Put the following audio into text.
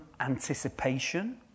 anticipation